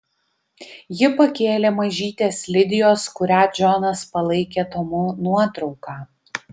ji pakėlė mažytės lidijos kurią džonas palaikė tomu nuotrauką